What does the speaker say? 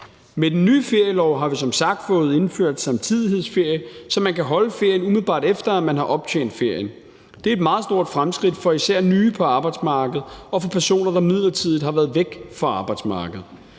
Med den nye ferielov har vi som sagt fået indført samtidighedsferie, så man kan holde ferien, umiddelbart efter at man har optjent ferien. Det er et meget stort fremskridt for især nye på arbejdsmarkedet og for personer, der midlertidigt har været væk fra arbejdsmarkedet.